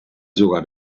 jugar